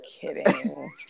kidding